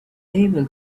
able